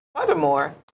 furthermore